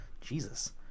Jesus